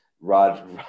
Rod